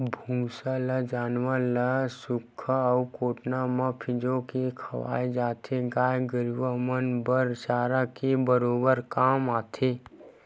भूसा ल जानवर ल सुख्खा अउ कोटना म फिंजो के खवाय जाथे, गाय गरुवा मन बर चारा के बरोबर काम आथे